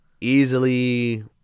Easily